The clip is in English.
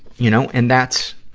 you know. and that's,